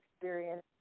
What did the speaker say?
experience